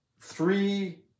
three